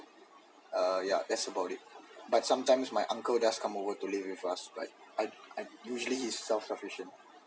uh yeah that's about it but sometimes my uncle does come over to live with us but I usually he's self sufficient